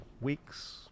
weeks